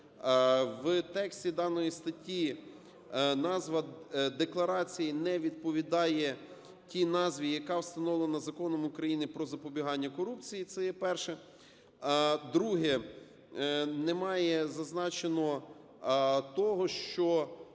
в тексті даної статті назва декларації не відповідає тій назві, яка встановлена Законом України "Про запобігання корупції". Це є перше. Друге: немає зазначено того, що